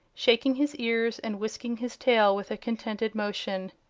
shaking his ears and whisking his tail with a contented motion.